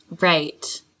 Right